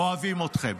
אוהבים אתכם.